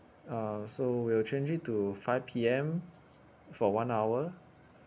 uh so we'll change it to five P_M for one hour